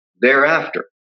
thereafter